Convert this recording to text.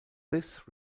this